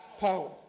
Power